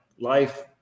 life